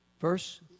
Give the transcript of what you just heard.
Verse